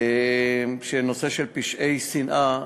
בנושא של פשעי שנאה,